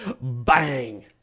Bang